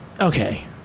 Okay